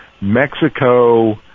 Mexico